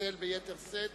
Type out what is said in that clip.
לצלצל ביתר שאת,